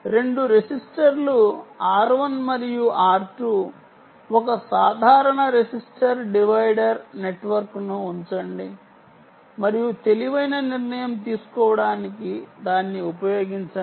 రెండు రెసిస్టర్లు R1 మరియు R2 ఒక సాధారణ రెసిస్టర్ డివైడర్ నెట్వర్క్ను ఉంచండి మరియు తెలివైన నిర్ణయం తీసుకోవడానికి దాన్ని ఉపయోగించండి